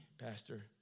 Pastor